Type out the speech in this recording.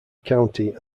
county